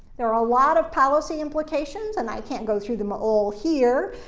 there are a lot of policy implications, and i can't go through them all here.